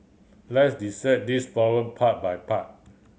let's dissect this problem part by part